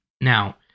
Now